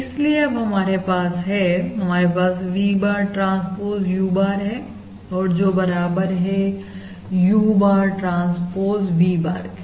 इसलिए अब हमारे पास है हमारे पास V bar transpose U bar है और जो बराबर है U bar ट्रांसपोज V barके